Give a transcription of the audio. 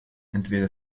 entweder